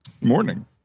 Morning